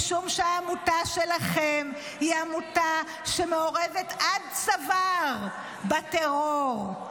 משום שהעמותה שלכם היא עמותה שמעורבת עד צוואר בטרור.